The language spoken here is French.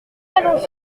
allons